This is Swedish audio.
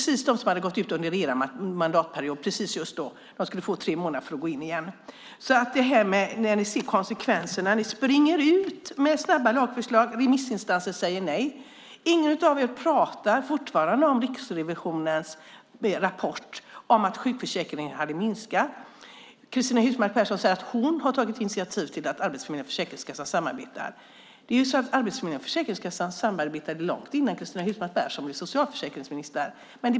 Just de som hade gått ur under er mandatperiod skulle få tre månader på sig att gå in igen. Ni springer ut med snabba lagförslag. Remissinstanser säger nej. Ingen av er pratar om Riksrevisionens rapport om att sjukförsäkringen hade minskat. Cristina Husmark Pehrsson säger att hon har tagit initiativ till att Arbetsförmedlingen och Försäkringskassan samarbetar. Arbetsförmedlingen och Försäkringskassan samarbetade långt innan Cristina Husmark Pehrsson blev socialförsäkringsminister.